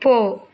போ